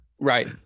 right